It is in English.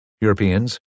Europeans